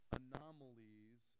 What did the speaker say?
anomalies